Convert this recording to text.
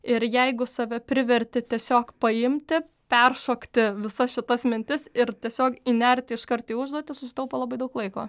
ir jeigu save priverti tiesiog paimti peršokti visas šitas mintis ir tiesiog įnerti iškart į užduotį susitaupo labai daug laiko